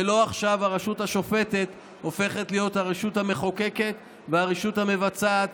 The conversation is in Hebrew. ולא עכשיו הרשות השופטת הופכת להיות הרשות המחוקקת והרשות המבצעת,